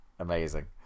Amazing